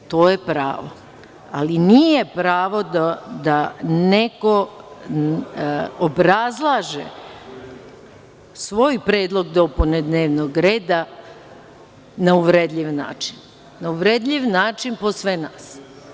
To je pravo, ali nije pravo da neko obrazlaže svoj predlog dopune dnevnog reda na uvredljiv način po sve nas.